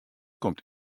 komt